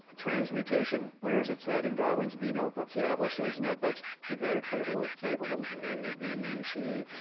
transmutation rears its head in darwin's b notebook. he had a whole series of notebooks. he very cleverly labeled them a, b, c,